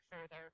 further